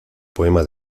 poema